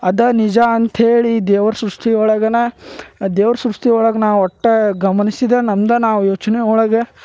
ಅದೇ ನಿಜ ಅಂತ್ಹೇಳಿ ದೇವರ ಸೃಷ್ಟಿ ಒಳಗೆ ದೇವರ ಸೃಷ್ಟಿಯೊಳಗೆ ನಾವು ಒಟ್ಟು ಗಮನಿಸಿದ ನಮ್ದು ನಾವು ಯೋಚನೆ ಒಳಗೆ